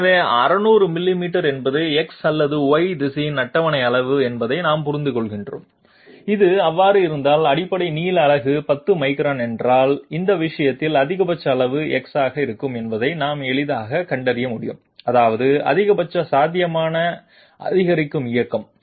எனவே 600 மில்லிமீட்டர் என்பது X அல்லது Y திசையில் அட்டவணை அளவு என்பதை நாம் புரிந்துகொள்கிறோம் இது அவ்வாறு இருந்தால் அடிப்படை நீள அலகு 10 மைக்ரான் என்றால் அந்த விஷயத்தில் அதிகபட்ச அளவு x ஆக இருக்கும் என்பதை நாம் எளிதாகக் கண்டறிய முடியும் அதாவது அதிகபட்ச சாத்தியமான அதிகரிக்கும் இயக்கம்